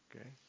okay